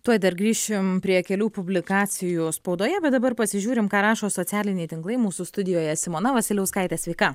tuoj dar grįšim prie kelių publikacijų spaudoje bet dabar pasižiūrim ką rašo socialiniai tinklai mūsų studijoje simona vasiliauskaitė sveika